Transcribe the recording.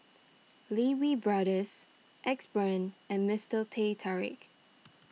Lee Wee Brothers Axe Brand and Mister Teh Tarik